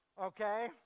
okay